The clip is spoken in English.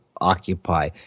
occupy